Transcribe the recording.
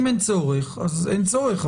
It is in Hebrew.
אם אין צורך אז אין צורך,